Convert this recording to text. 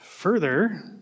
Further